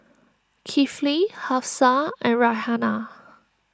Kifli Hafsa and Raihana